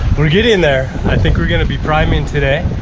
we're getting there. i think we're going to be priming today.